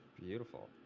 Beautiful